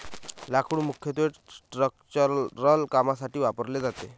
लाकूड मुख्यत्वे स्ट्रक्चरल कामांसाठी वापरले जाते